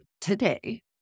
today